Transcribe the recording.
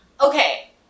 Okay